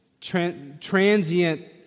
transient